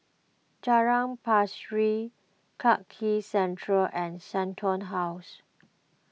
Jalan Central and Shenton House